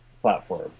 platform